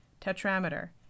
Tetrameter